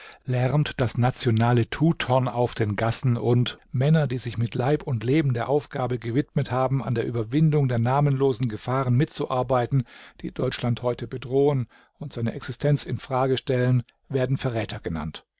lärmt das nationale tuthorn auf den gassen und männer die sich mit leib und leben der aufgabe gewidmet haben an der überwindung der namenlosen gefahren mitzuarbeiten die deutschland heute bedrohen und seine existenz in frage stellen werden verräter genannt